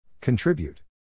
Contribute